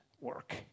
work